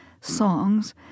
songs